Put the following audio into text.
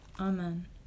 amen